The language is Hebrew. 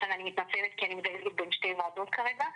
אני מתנצלת כי אני מדלגת בין שתי ועדות כרגע.